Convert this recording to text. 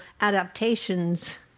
adaptations